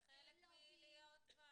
זה חלק מלהיות בחזית עם הציבור.